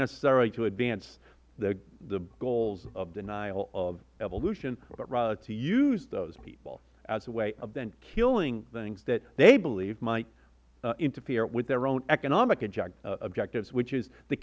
necessarily to advance the goals of denial of evolution but rather to use those people as a way of then killing things that they believe might interfere with their own economic objectives which is the